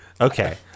Okay